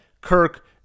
Kirk